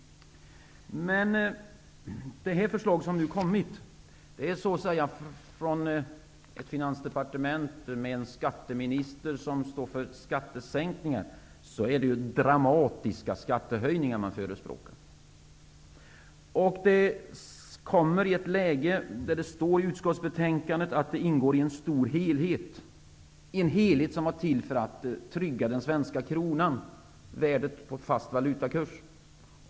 När det här förslaget kommer från ett finansdepartement med en skatteminister som står för skattesänkningar så är det ju dramatiska skattehöjningar som förespråkas. I utskottets betänkande står det att förslaget ingår i en stor helhet, en helhet som var till för att trygga den svenska kronan, värdet på fast valutakurs.